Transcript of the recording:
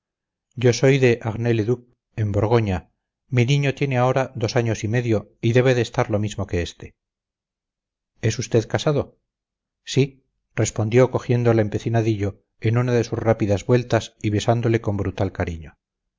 yo soy de arnay le duc en borgoña mi niño tiene ahora dos años y medio y debe de estar lo mismo que este es usted casado sí respondió cogiendo al empecinadillo en una de sus rápidas vueltas y besándole con brutal cariño